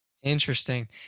Interesting